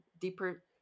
deeper